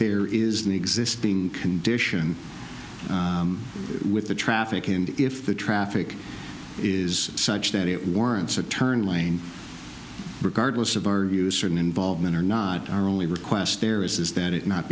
there is an existing condition with the traffic and if the traffic is such that it warrants a turn lane regardless of our views certain involvement or not our only request there is that it not